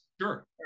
sure